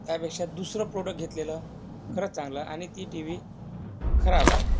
त्यापेक्षा दुसरं प्रॉडक्ट घेतलेलं खरंच चांगलं आणि ती टी व्ही खराब आहे